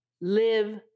live